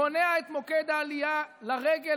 מונע את מוקד העלייה לרגל,